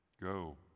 Go